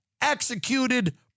executed